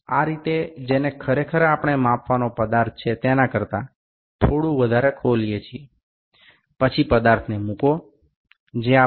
આ રીતે જેને ખરેખર આપણે માપવાનો પદાર્થ છે તેના કરતા થોડું વધારે ખોલીએ છીએ પછી પદાર્થને મૂકો જે આપણે સ્થિર જડબામાં મુકેલ છે